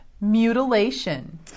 mutilation